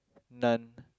nun